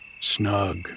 snug